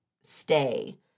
stay